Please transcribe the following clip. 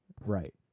right